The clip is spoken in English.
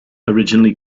originally